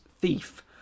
Thief